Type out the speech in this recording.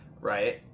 right